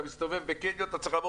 אתה מסתובב בקניון ואתה צריך לעבור